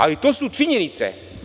Ali, to su činjenice.